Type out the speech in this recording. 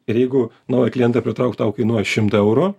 ir jeigu naują klientą pritraukt tau kainuoja šimtą eurų